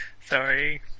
Sorry